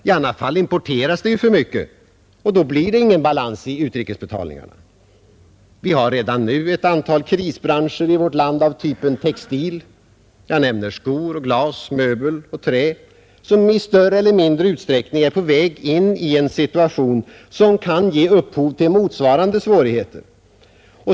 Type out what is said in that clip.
I annat fall importeras det för mycket och då blir det ingen balans i utrikesbetalningarna. Vi har redan nu ett antal krisbranscher i vårt land av typ textil. Sko, glas, möbel och trä är i större eller mindre utsträckning på väg in i en situation, som kan ge upphov till motsvarande svårigheter.